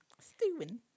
stewing